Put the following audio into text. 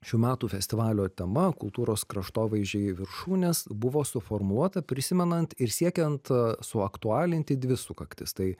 šių metų festivalio tema kultūros kraštovaizdžiai viršūnės buvo suformuota prisimenant ir siekiant suaktualinti dvi sukaktis tai